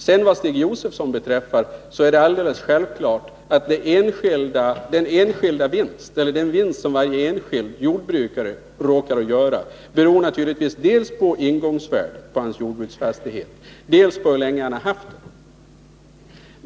Till Stig Josefson vill jag säga att den vinst som varje enskild jordbrukare råkar göra naturligtvis beror dels på ingångsvärdet på hans jordbruksfastighet, dels på hur länge han har haft den.